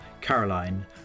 Caroline